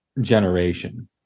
generation